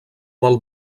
del